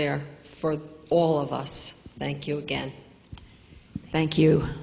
there for all of us thank you again thank you